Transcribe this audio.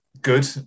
good